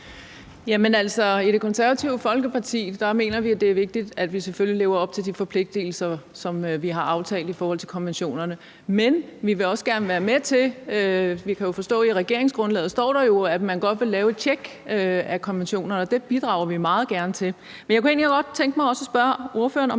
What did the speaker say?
Konservative Folkeparti mener vi selvfølgelig, det er vigtigt, at man lever op til de forpligtigelser, som man har aftalt i forhold til konventionerne. Men vi kan jo forstå, at der i regeringsgrundlaget står, at man godt vil lave et tjek af konventionerne, og det bidrager vi meget gerne til. Men jeg kunne egentlig også godt tænke mig at spørge ordføreren om noget